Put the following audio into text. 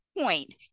point